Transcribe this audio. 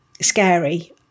scary